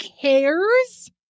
cares